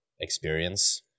experience